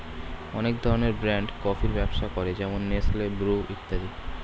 অনেক ধরনের ব্র্যান্ড কফির ব্যবসা করে যেমন নেসলে, ব্রু ইত্যাদি